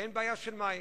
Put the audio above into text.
ואין בעיה של מים.